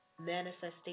Manifestation